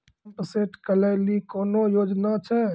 Pump set केलेली कोनो योजना छ?